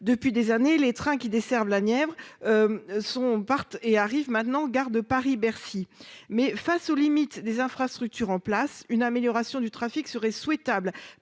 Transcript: depuis des années les trains qui desservent la Nièvre. Sont partent et arrivent maintenant gare de Paris-. Bercy mais face aux limites des infrastructures en place une amélioration du trafic serait souhaitable